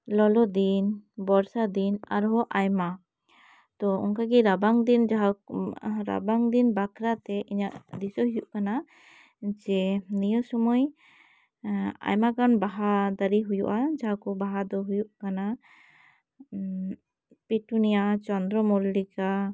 ᱞᱚᱞᱚ ᱫᱤᱱ ᱵᱚᱨᱥᱟ ᱫᱤᱱ ᱟᱨ ᱦᱚᱸ ᱟᱭᱢᱟ ᱛᱚ ᱚᱱᱠᱟᱜᱮ ᱨᱟᱵᱟᱝ ᱫᱤᱱ ᱟᱨ ᱦᱚᱸ ᱡᱟᱦᱟᱸ ᱠᱚ ᱨᱟᱵᱟᱝ ᱫᱤᱱ ᱵᱟᱠᱷᱨᱟᱛᱮ ᱤᱧᱟᱹᱜ ᱫᱤᱥᱟᱹ ᱦᱩᱭᱩᱜ ᱠᱟᱱᱟ ᱡᱮ ᱱᱤᱭᱟᱹ ᱥᱩᱢᱟᱹᱭ ᱟᱭᱢᱟᱜᱟᱱ ᱵᱟᱦᱟ ᱫᱟᱨᱮ ᱦᱩᱭᱩᱜᱼᱟ ᱡᱟᱦᱟᱸ ᱠᱚ ᱵᱟᱦᱟ ᱫᱚ ᱦᱩᱭᱩᱜ ᱠᱟᱱᱟ ᱯᱤᱴᱩᱱᱤᱭᱟ ᱪᱚᱱᱫᱽᱨᱚᱢᱚᱞᱞᱤᱠᱟ